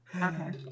Okay